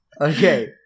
okay